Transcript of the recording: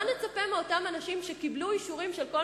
מה נצפה מאותם אנשים שקיבלו אישורים של כל